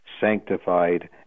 sanctified